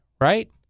Right